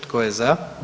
Tko je za?